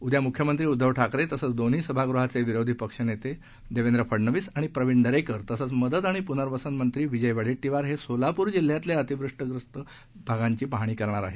उद्या मुख्यमंत्री उध्दव ठाकरे तसंच दोन्ही समाभागृहाचे विरोधी पक्षनेते देवेंद्र फडणवीस आणि प्रविण दरेकर तसंच मदत आणि पुनर्वसन मंत्री विजय वड्डेटीवार हे सोलापूर जिल्ह्यातल्या अतिवृष्टीग्रस्त भागांची पाहणी करणार आहेत